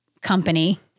company